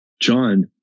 John